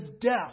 death